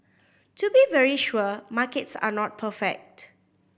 to be very sure markets are not perfect